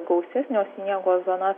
gausesnio sniego zona